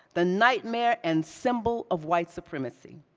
the nightmare and symbol of white supremacy.